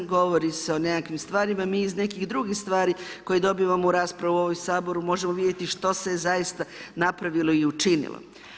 Govori se o nekakvim stvarima, mi iz nekih drugih stvari koje dobivamo u raspravu u ovom Saboru možemo vidjeti što se zaista napravilo i učinilo.